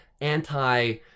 anti-